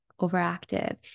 overactive